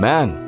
Man